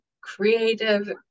creative